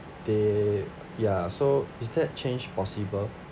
they ya so is that change possible